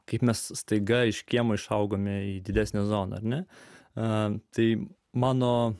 kaip mes staiga iš kiemo išaugome į didesnę zoną ar ne a tai mano